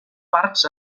parcs